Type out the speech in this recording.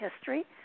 history